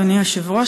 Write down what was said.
אדוני היושב-ראש,